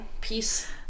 peace